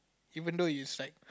even though it's like